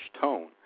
tone